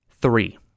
Three